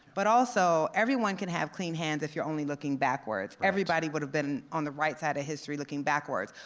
but also everyone can have clean hands if you're only looking backwards. everybody would have been on the right side of history looking backwards,